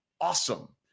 awesome